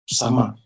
sama